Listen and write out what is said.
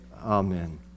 Amen